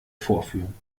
vorführen